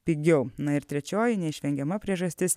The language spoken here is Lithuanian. pigiau na ir trečioji neišvengiama priežastis